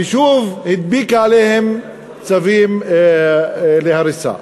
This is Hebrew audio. ושוב הדביקה עליהם צווים להריסה.